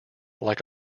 like